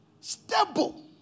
Stable